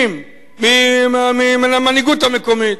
70 מן המנהיגות המקומית,